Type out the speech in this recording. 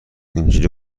اینجوری